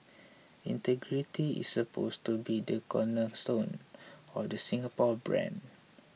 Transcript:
integrity is supposed to be the cornerstone of the Singapore brand